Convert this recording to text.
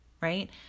right